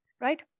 right